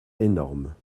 énorme